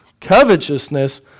Covetousness